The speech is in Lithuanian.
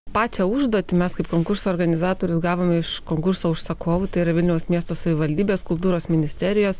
pačią užduotį mes kaip konkurso organizatorius gavome iš konkurso užsakovų tai yra vilniaus miesto savivaldybės kultūros ministerijos